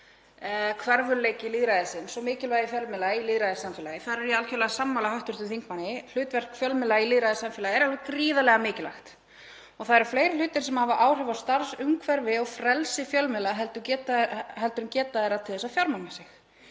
hverfulleiki lýðræðisins og mikilvægi fjölmiðla í lýðræðissamfélagi. Þar er ég algerlega sammála hv. þingmanni. Hlutverk fjölmiðla í lýðræðissamfélagi er alveg gríðarlega mikilvægt. Það eru fleiri hlutir sem hafa áhrif á starfsumhverfi og frelsi fjölmiðla heldur en geta þeirra til að fjármagna sig.